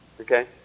okay